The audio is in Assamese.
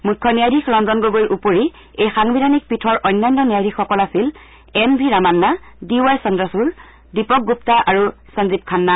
মুখ্য ন্যায়াধীশ ৰঞ্জন গগৈৰ উপৰি এই সাংবিধানিক পীঠৰ অন্যান্য ন্যায়াধীশসকল আছিল N V Ramanna D Y Chandrachud Deepak Gupta আৰু সঞ্জীৱ খান্না